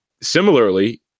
similarly